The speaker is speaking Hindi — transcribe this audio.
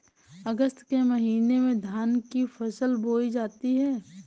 अगस्त के महीने में धान की फसल बोई जाती हैं